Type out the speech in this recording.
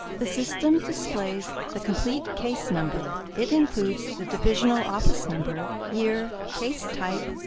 the system displays the complete case number. it includes the divisional office number, year, case type,